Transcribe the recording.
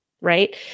Right